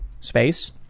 space